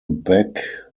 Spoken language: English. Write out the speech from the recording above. back